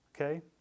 Okay